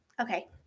Okay